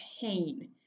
pain